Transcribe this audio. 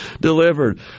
delivered